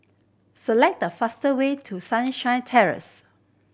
select the faster way to Sunshine Terrace